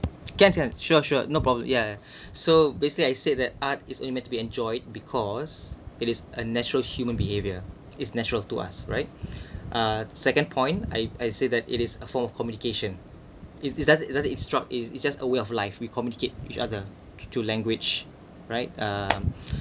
can can sure sure no problem yeah so basically I said that art is only meant to be enjoyed because it is a natural human behavior is natural to us right uh second point I I said that it is a form of communication is is that the that instruct is it's just a way of life we communicate each other through language right uh